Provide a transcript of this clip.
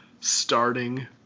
starting